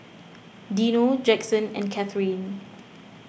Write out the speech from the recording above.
Dino Jackson and Kathrine